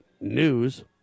news